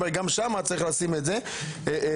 גם שם צריך לשים את זה על